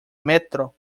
metro